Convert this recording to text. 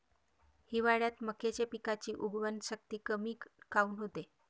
हिवाळ्यात मक्याच्या पिकाची उगवन शक्ती कमी काऊन होते?